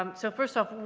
um so first off,